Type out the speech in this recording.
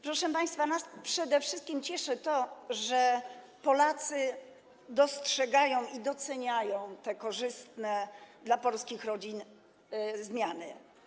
Proszę państwa, nas przede wszystkim cieszy to, że Polacy dostrzegają i doceniają te korzystne dla polskich rodzin zmiany.